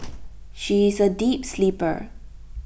she is A deep sleeper